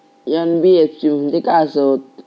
NBFC म्हणजे खाय आसत?